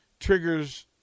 triggers